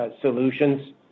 solutions